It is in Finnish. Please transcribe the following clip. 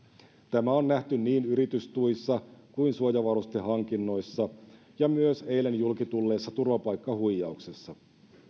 tämä on nähty niin yritystuissa kuin suojavarustehankinnoissa ja myös eilen julki tulleessa turvapaikkahuijauksessa